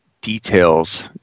details